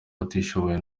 abatishoboye